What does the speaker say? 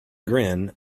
grin